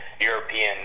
European